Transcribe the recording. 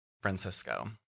Francisco